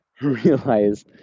realize